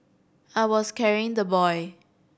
I was carrying the boy